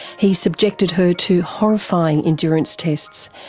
he subjected her to horrifying endurance tests,